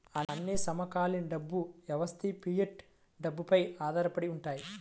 అన్ని సమకాలీన డబ్బు వ్యవస్థలుఫియట్ డబ్బుపై ఆధారపడి ఉంటాయి